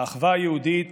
האחווה היהודית